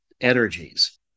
energies